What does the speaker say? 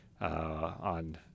on